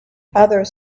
others